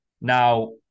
now